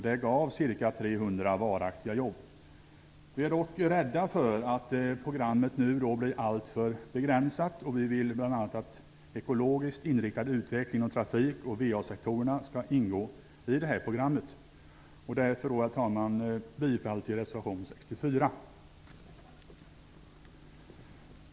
Det gav ca 300 varaktiga jobb. Vi är dock rädda för att programmet blir alltför begränsat. Vi vill bl.a. att ekologiskt inriktad utveckling inom trafik och VA sektorerna skall ingå i programmet. Därför yrkar jag bifall till reservation 64.